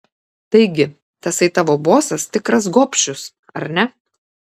taigi tasai tavo bosas tikras gobšius ar ne